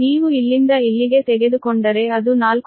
ನೀವು ಇಲ್ಲಿಂದ ಇಲ್ಲಿಗೆ ತೆಗೆದುಕೊಂಡರೆ ಅದು 4